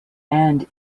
and